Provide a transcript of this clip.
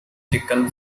chicken